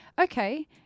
okay